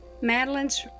Madeline's